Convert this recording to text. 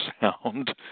sound